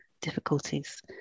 difficulties